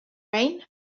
rain